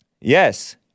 Yes